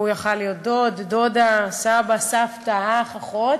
הוא יכול להיות דוד, דודה, סבא, סבתא, אח, אחות,